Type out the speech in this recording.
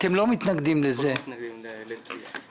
אנחנו לא מתנגדים לדחייה.